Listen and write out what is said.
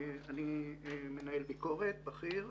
אני מנהל ביקורת בכיר,